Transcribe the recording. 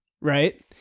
right